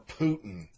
Putin